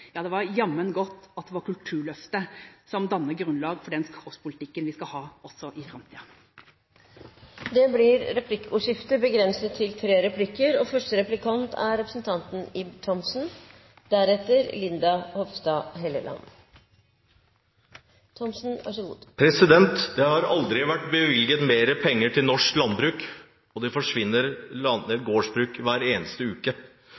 Ja, det er jammen godt at det er Kulturløftet som danner grunnlaget for den korpspolitikken vi skal ha også i framtiden. Det blir replikkordskifte. Det har aldri vært bevilget mer penger til norsk landbruk, og det forsvinner gårdsbruk hver eneste uke.